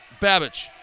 Babich